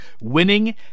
Winning